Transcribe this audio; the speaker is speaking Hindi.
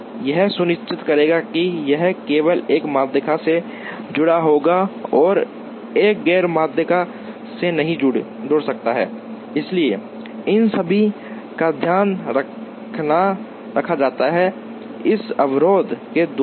यह सुनिश्चित करेगा कि यह केवल एक माध्यिका से जुड़ा होगा और एक गैर माध्य बिंदु से नहीं जुड़ सकता है इसलिए इन सभी का ध्यान रखा जाता है इस अवरोध के द्वारा